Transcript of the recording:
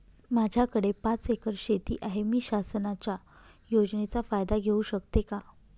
माझ्याकडे पाच एकर शेती आहे, मी शासनाच्या योजनेचा फायदा घेऊ शकते का?